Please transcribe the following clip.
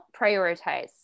prioritize